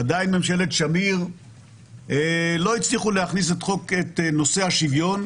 עדיין ממשלת שמיר לא הצליחו להכניס את נושא השוויון,